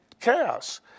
chaos